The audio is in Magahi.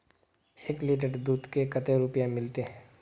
एक लीटर दूध के कते रुपया मिलते?